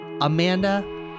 Amanda